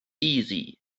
easy